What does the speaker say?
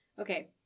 Okay